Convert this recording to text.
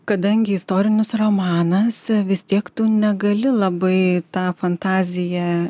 kadangi istorinis romanas vis tiek tu negali labai tą fantaziją